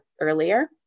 earlier